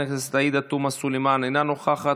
חברת הכנסת עאידה תומא סלימאן, אינה נוכחת,